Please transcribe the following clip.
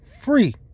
free